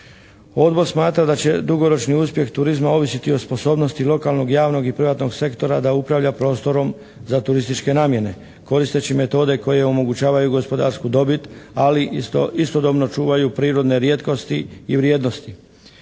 Odbor smatra da će dugoročni uspjeh turizma ovisiti o sposobnosti o lokalnog, javnog i privatnog sektora da upravlja prostorom za turističke namjene, koristeći metode koje omogućavaju gospodarsku dobit, ali istodobno čuvaju prirodne rijetkosti i vrijednosti.